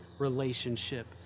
relationship